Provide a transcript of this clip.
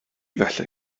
felly